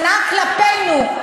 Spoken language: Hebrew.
שנאה כלפינו,